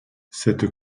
cette